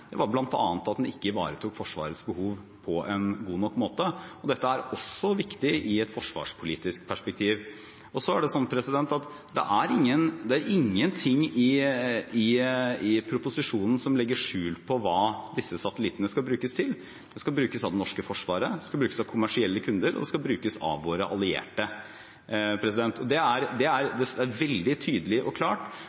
KS1, var bl.a. at den ikke ivaretok Forsvarets behov på en god nok måte. Dette er også viktig i et forsvarspolitisk perspektiv. Det er ingenting i proposisjonen som legger skjul på hva disse satellittene skal brukes til. De skal brukes av Det norske forsvaret, de skal brukes av kommersielle kunder, og de skal brukes av våre allierte. Det er veldig tydelig og klart. Og det er heller ikke slik, som det har blitt gitt inntrykk av, at det er